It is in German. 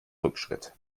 rückschritt